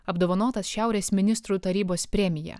apdovanotas šiaurės ministrų tarybos premija